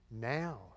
now